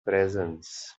presence